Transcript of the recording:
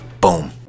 Boom